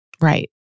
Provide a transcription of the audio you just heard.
right